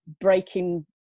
breaking